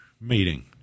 meeting